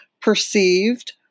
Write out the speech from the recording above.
perceived